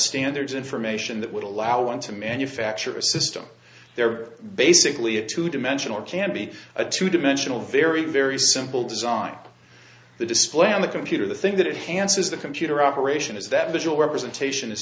standards information that would allow one to manufacture a system they're basically a two dimensional can be a two dimensional very very simple design the display on the computer the thing that hansen is the computer operation is that visual representation is